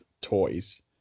toys